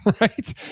right